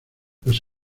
los